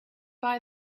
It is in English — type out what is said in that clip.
buy